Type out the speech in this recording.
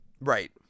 Right